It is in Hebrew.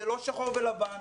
זה לא שחור ולבן,